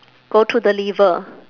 go through the liver